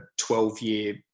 12-year